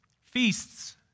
feasts